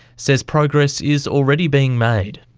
says progress is already being made.